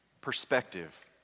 perspective